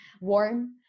warm